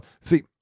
See